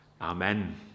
Amen